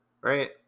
Right